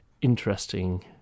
interesting